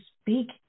speak